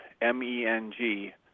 M-E-N-G